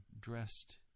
dressed